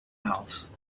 else